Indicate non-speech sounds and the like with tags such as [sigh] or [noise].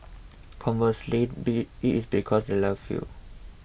conversely [unintelligible] it is because they love you